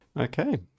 Okay